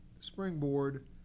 springboard